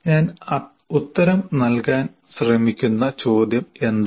ഞാൻ ഉത്തരം നൽകാൻ ശ്രമിക്കുന്ന ചോദ്യം എന്താണ്